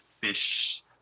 fish